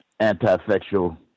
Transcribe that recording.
anti-sexual